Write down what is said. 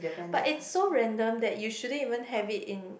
but it's so random that you shouldn't even have it in